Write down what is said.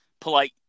polite